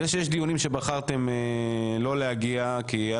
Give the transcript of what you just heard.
זה שיש דיונים שבחרתם לא להגיע כי היו